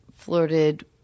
flirted